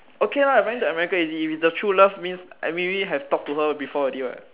okay lah but then to America easy if it's the true love means maybe have talk to her before already [what]